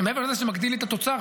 מעבר לזה שזה מגדיל לי את התוצר,